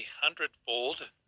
hundredfold